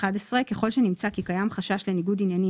11. ככל שנמצא כי קיים חשש לניגוד עניינים